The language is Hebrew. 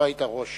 היית ראש